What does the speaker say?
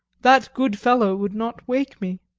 that good fellow would not wake me.